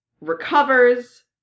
recovers